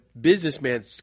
businessman